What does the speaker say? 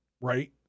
right